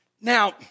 Now